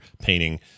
painting